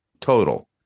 total